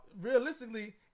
realistically